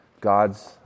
gods